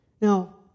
Now